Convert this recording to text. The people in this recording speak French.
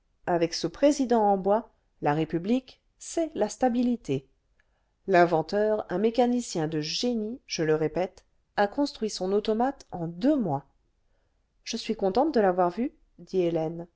avec ce président en bois la république c'est la stabilité l'inventeur un mécanicien de génie je le répète a construit son automate en deux mois je suis contente de l'avoir vu dit hélène